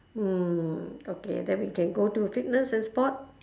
mm okay then we can go to fitness and sport